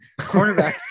Cornerbacks